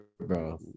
bro